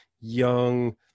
young